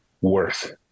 worth